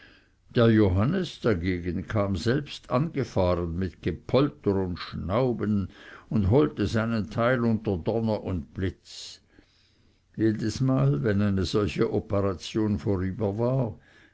der johannes dagegen kam selbst angefahren mit gepolter und schnauben und holte seinen teil unter donner und blitz jedesmal wenn eine solche operation vorüber war